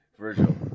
Virgil